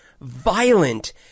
violent